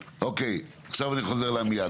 עכשיו אני חוזר לעמיעד,